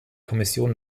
kommission